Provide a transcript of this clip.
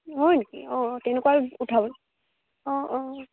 হয় নেকি অঁ তেনেকুৱা উঠাব অঁ অঁ